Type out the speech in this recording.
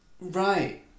Right